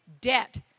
debt